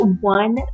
one